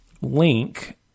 link